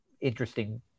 interesting